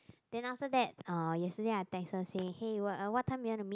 then after that uh yesterday I text her say hey what uh what time you wanna meet